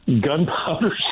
gunpowder